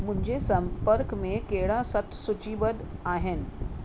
मुंहिंजे सम्पर्क में कहिड़ा सत सूचीबध्द आहिनि